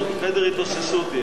חדר התאוששות יש.